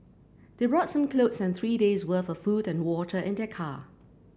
they brought some clothes and three days' worth of food and water in their car